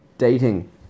dating